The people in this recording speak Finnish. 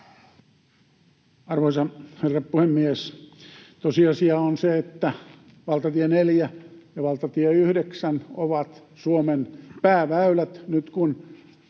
Arvoisa herra puhemies! Tosiasia on, että valtatie 4 ja valtatie 9 ovat Suomen pääväylät. Nyt kun